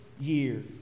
year